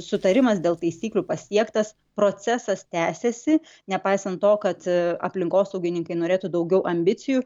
sutarimas dėl taisyklių pasiektas procesas tęsiasi nepaisant to kad aplinkosaugininkai norėtų daugiau ambicijų